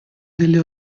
delle